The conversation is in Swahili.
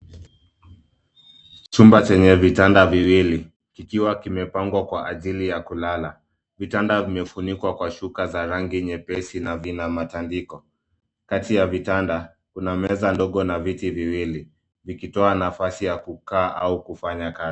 Chumba chenye vitanda viwili kikiwa limepangwa kwa ajili ya kulala ,vitanda vimefunikwa kwa shuka za rangi nyepesi na vina matandiko, kati ya vitanda Kuna meza ndogo na viti viwili. Vikitoa nafasi ya kukaa au kufanya kazi.